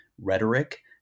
rhetoric